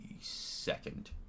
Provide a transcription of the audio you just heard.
second